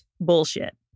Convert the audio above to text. bullshit